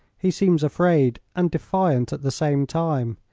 he seems afraid and defiant at the same time,